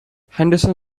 henderson